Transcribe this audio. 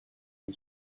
can